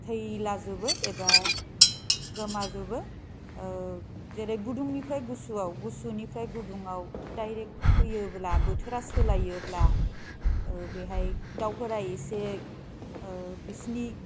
थैलाजोबो एबा गोमाजोबो जेरै गुदुंनिफ्राय गुसुआव गुसुनिफ्राय गुदुङाव डायरेक्ट फैयोब्ला बोथोरा सोलायोब्ला बेहाय दाउफोरा एसे बिसनि